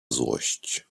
złość